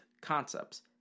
concepts